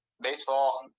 baseball